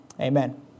Amen